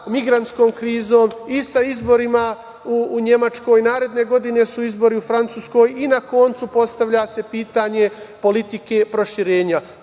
sa migrantskom krizom i sa izborima u Nemačkoj, a naredne godine su izbori u Francuskoj. Na koncu, postavlja se pitanje politike proširenja